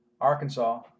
Arkansas